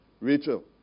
Rachel